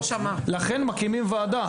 לכן מקימים ועדה.